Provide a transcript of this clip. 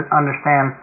understand